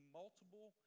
multiple